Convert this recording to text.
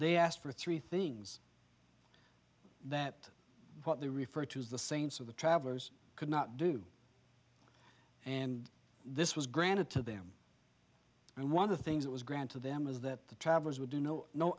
they ask for three things that what they refer to as the saints of the travelers could not do and this was granted to them and one of the things that was grand to them was that the travelers would do no no